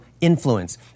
influence